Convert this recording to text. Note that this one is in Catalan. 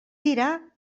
dirà